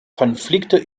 konflikte